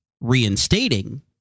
Reinstating